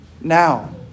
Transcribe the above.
now